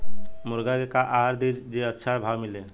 मुर्गा के का आहार दी जे से अच्छा भाव मिले?